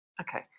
Okay